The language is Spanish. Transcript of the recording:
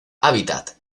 hábitat